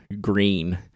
green